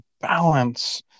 balance